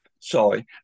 Sorry